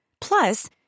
Plus